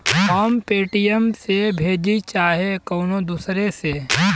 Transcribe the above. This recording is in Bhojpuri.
हम पेटीएम से भेजीं चाहे कउनो दूसरे से